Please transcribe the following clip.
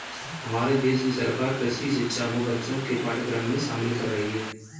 हमारे देश की सरकार कृषि शिक्षा को बच्चों के पाठ्यक्रम में शामिल कर रही है